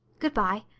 good-bye.